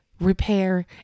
repair